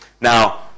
Now